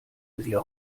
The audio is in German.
sehr